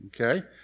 Okay